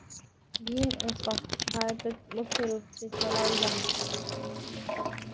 भीम एपोक भारतोत मुख्य रूप से चलाल जाहा